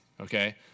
okay